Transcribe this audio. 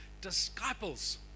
disciples